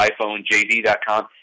iPhoneJD.com